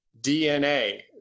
DNA